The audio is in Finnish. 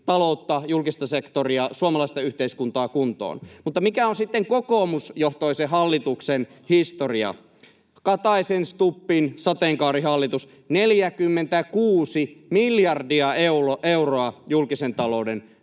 taloutta, julkista sektoria, suomalaista yhteiskuntaa kuntoon. Mutta mikä on sitten kokoomusjohtoisen hallituksen historia? Kataisen—Stubbin sateenkaarihallitus: 46 miljardia euroa julkisen talouden velka.